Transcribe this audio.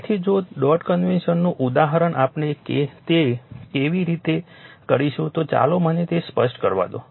તેથી જો તે ડોટ કન્વેન્શનનું ઉદાહરણ છે કે આપણે તે કેવી રીતે કરીશું તો ચાલો મને તે સ્પષ્ટ કરવા દો